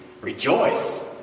Rejoice